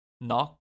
Knock